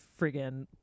friggin